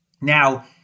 Now